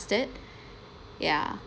ya